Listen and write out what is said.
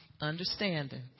understanding